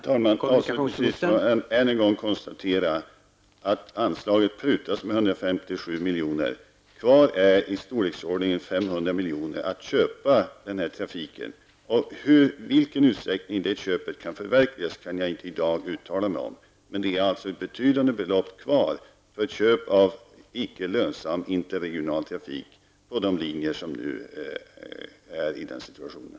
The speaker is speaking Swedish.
Herr talman! Jag vill bara än en gång konstatera att anslaget prutas med 157 miljoner. Kvar är ett belopp i storleksordningen 500 miljoner, att köpa den här trafiken för. I vilken utsträckning sådana köp kan förverkligas kan jag i dag icke uttala mig om, men det är alltså betydande belopp kvar för köp av icke lönsam interregional trafik på de linjer som nu är i den här situationen.